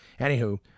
Anywho